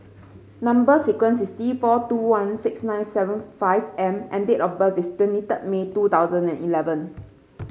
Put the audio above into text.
number sequence is T four two one six nine seven five M and date of birth is twenty third May two thousand and eleven